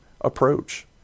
approach